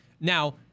now